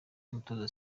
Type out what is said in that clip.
umutoza